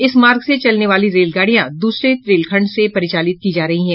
इस मार्ग से चलने वाली रेलगाड़ियां दूसरे रेल खंड से परिचालित की जा रही है